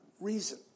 reason